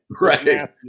Right